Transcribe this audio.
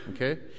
okay